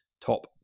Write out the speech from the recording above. top